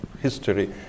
history